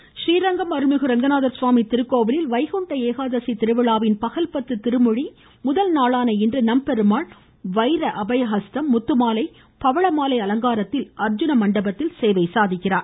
றீரங்கம் ஸ்ரீரங்கம் அருள்மிகு அரங்கநாதர் சுவாமி திருக்கோவிலில் வைகுண்ட ஏகாதசி திருவிழாவின் பகல்பத்து திருமொழி முதல் நாளான இன்று நம்பெருமாள் வைர அபயஹஸ்தம் முத்துமாலை பவளமாலை அலங்காரத்தில் அர்ஜுன மண்டபத்தில் சேவை சாதிக்கிறார்